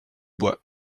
bois